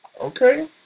Okay